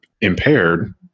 impaired